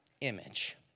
image